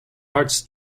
arts